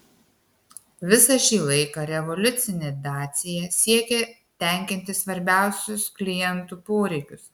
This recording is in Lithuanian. visą šį laiką revoliucinė dacia siekė tenkinti svarbiausius klientų poreikius